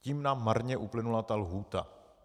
Tím nám marně uplynula ta lhůta.